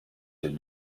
did